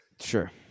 Sure